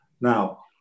now